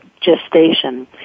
gestation